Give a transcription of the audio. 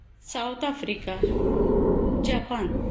South Africa Japan